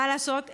מה לעשות,